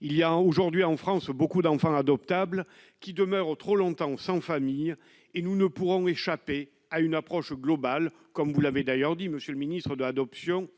il y a aujourd'hui en France, beaucoup d'enfants adoptables qui demeure au trop longtemps sans famille et nous ne pourrons échapper à une approche globale, comme vous l'avez d'ailleurs dit Monsieur le Ministre de l'adoption,